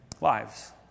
lives